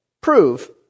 prove